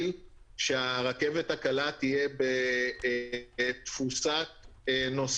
"קו שירות לאוטובוסים" כמשמעותו בתקנה 386 לתקנות התעבורה,